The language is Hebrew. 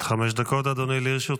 עד חמש דקות לרשותך,